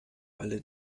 alle